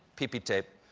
pee pee tape.